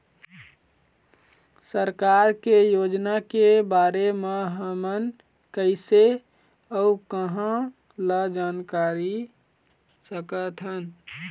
सरकार के योजना के बारे म हमन कैसे अऊ कहां ल जानकारी सकथन?